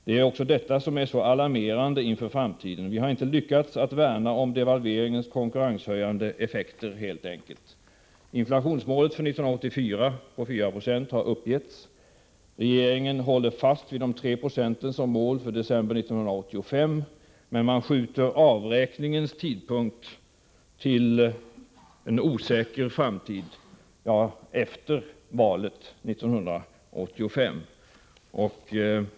Det är också detta som är så alarmerande inför framtiden. Vi har helt enkelt inte lyckats värna om devalveringens konkurrenshöjande effekter. Inflationsmålet för 1984 på 4 96 har uppgetts. Regeringen håller fast vid 3 26 som mål fram till december förbättra den svenska ekonomin förbättra den svenska ekonomin 1985. Men man skjuter avräkningens tidpunkt till en osäker framtid — ja, till efter valet 1985.